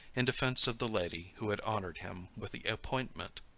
in defence of the lady who had honored him with the appointment.